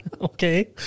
Okay